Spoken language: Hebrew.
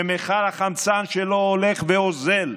ומכל החמצן שלו הולך ואוזל.